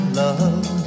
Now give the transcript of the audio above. love